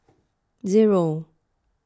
zero